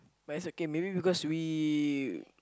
but it's okay maybe because we